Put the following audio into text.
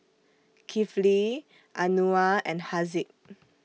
Kifli Anuar and Haziq